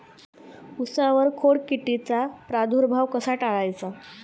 उसावर खोडकिडीचा प्रादुर्भाव कसा टाळायचा?